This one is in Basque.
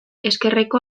ezkerreko